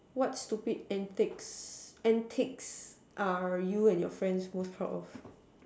what stupid antics antics are you and your friend most proud of